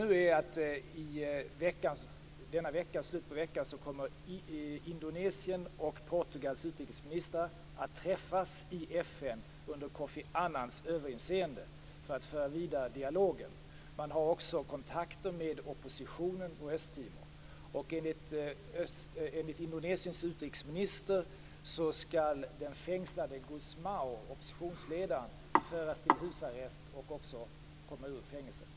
Det som nu pågår är att i slutet av denna vecka kommer Indonesiens och Portugals utrikesministrar att träffas i FN under Kofi Annans överinseende för att föra dialogen vidare. Man har också kontakter med oppositionen i Östtimor. Enligt Indonesiens utrikesminister skall den fängslade oppositionsledaren Gusmaõ släppas ut från fängelset och föras till husarrest.